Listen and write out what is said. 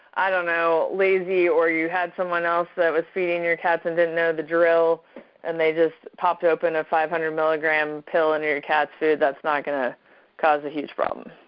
i don't know, lazy or you had someone else that was feeding your cats and didn't know the drill and they just popped open a five hundred milligram pill on to your cat's food, that's not gonna cause a huge problem?